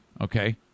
Okay